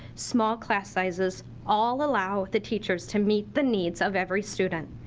small class sizes. all allow the teachers to meet the needs of every student.